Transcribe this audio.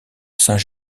saint